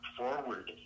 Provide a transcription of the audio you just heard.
forward